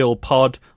Pod